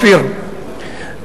אופיר,